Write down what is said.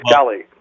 Kelly